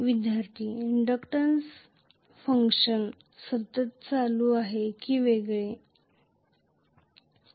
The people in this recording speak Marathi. विद्यार्थीः इंडक्टन्स फंक्शन सातत्यपूर्ण आहेत का अ सातत्यपूर्ण